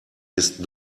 ist